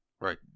Right